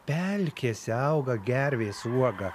pelkėse auga gervės uoga